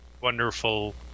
wonderful